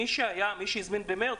מי שהזמין במרץ,